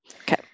Okay